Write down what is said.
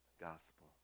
gospel